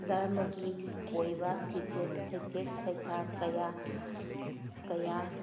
ꯗꯔꯃꯒꯤ ꯑꯣꯏꯕ ꯐꯤꯖꯦꯠ ꯁꯩꯊꯦꯛ ꯁꯩꯊꯥ ꯀꯌꯥ ꯀꯌꯥ